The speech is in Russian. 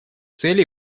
цель